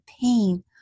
pain